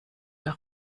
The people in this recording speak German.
der